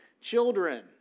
children